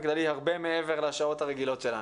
כללי הרבה מעבר לשעות הרגילות שלנו.